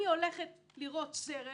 אני הולכת לראות סרט